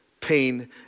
pain